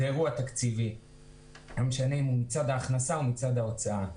זה אירוע תקציבי ולא משנה אם הוא מצד ההכנסה או מצד ההוצאה.